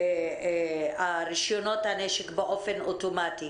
רישיונות הנשק באופן אוטומטי.